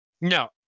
No